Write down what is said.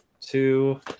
two